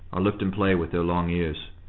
or lift and play with their long ears.